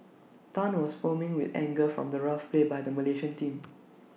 Tan was foaming with anger from the rough play by the Malaysian team